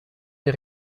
der